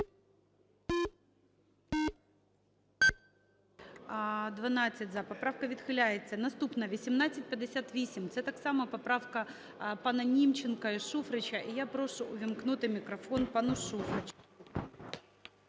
За-12 Поправка відхиляється. Наступна – 1858. Це так само поправка пана Німченка і Шуфрича. І я прошу увімкнути мікрофон пану Шуфричу.